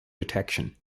detection